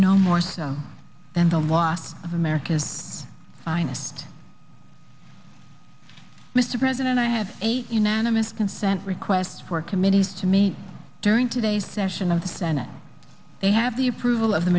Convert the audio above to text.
no more so than the wife of america's finest mr president i have a unanimous consent request for committees to me during today's session of the senate they have the approval of the